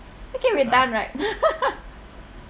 okay we're done right